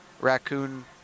Raccoon